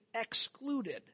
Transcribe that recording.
excluded